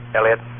Elliot